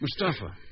Mustafa